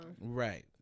right